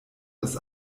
das